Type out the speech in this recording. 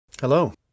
Hello